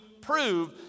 prove